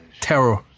terror